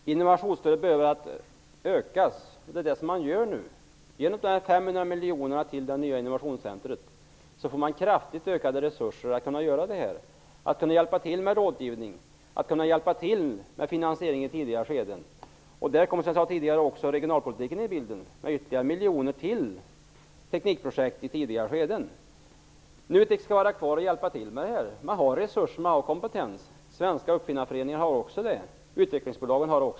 Herr talman! Innovationsstödet behöver ökas, och det är vad man nu håller på med. Genom de 500 miljoner kronorna till det nya innovationscentrumet får man kraftigt ökade resurser för att kunna göra det här. Det handlar om att kunna hjälpa till med rådgivning och med finansiering i tidigare skeden. Där kommer också, som jag tidigare sade, regionalpolitiken in i bilden med ytterligare miljoner till teknikprojekt i tidigare skeden. NUTEK skall vara kvar och hjälpa till med det här. Man har resurser och kompetens. Det har också Svenska uppfinnareföreningen och utvecklingsbolagen.